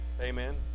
Amen